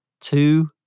two